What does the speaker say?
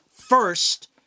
first